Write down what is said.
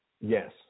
Yes